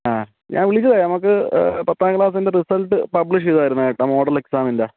ആ ഞാൻ വിളിച്ചത് നമുക്ക് പത്താം ക്ലാസ്സിൻ്റെ റിസൾട്ട് പബ്ലിഷ് ചെയ്തായിരുന്നു കേട്ടോ മോഡൽ എക്സാമിൻ്റെ